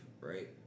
Right